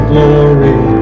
Glory